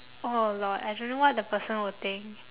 oh lord I don't know what the person will think